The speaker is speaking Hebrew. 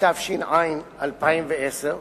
התש"ע 2010,